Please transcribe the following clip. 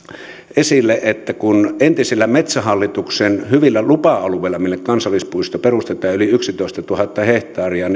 esille että kun entisillä metsähallituksen hyvillä lupa alueilla jonne kansallispuisto perustetaan yli yksitoistatuhatta hehtaaria